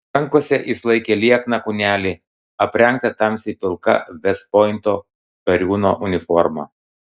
rankose jis laikė liekną kūnelį aprengtą tamsiai pilka vest pointo kariūno uniforma